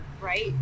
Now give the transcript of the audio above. right